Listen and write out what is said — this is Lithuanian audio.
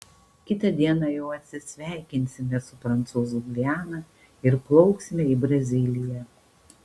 kitą dieną jau atsisveikinsime su prancūzų gviana ir plauksime į braziliją